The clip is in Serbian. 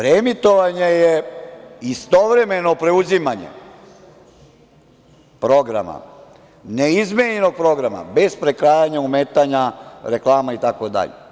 Reemitovanje je istovremeno preuzimanje programa, neizmenjenog programa, bez prekrajanja, ometanja, reklama itd.